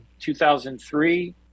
2003